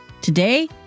Today